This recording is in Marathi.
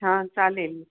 हां चालेल